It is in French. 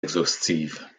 exhaustive